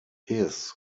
his